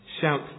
Shout